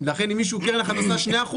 לכן אם קרן אחת עושה 2%,